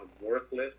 worthless